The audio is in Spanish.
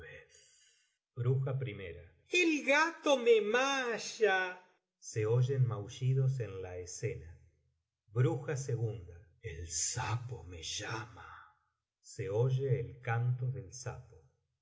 el gato me maya se oyen maullidos en la escena el sapo me llama se oye el canto del sapo